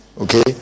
Okay